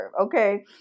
okay